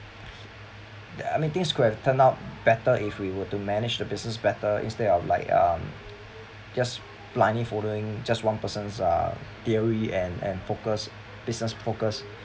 the I mean things could have turned out better if we were to manage the business better instead of like um just blindly following just one person's uh theory and and focus business focus